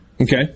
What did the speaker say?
Okay